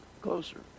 closer